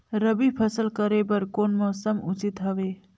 रबी फसल करे बर कोन मौसम उचित हवे?